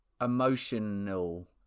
Emotional